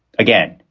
again,